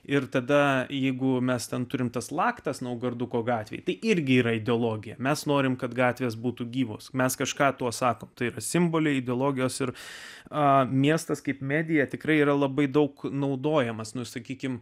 ir tada jeigu mes ten turime tas laktas naugarduko gatvėje tai irgi yra ideologija mes norime kad gatvės būtų gyvos mes kažką tuo sakome tai yra simboliai ideologijos ir a miestas kaip medija tikrai yra labai daug naudojamas nusakykime